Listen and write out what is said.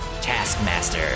Taskmaster